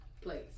place